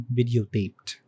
videotaped